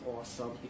awesome